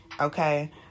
okay